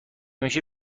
میشه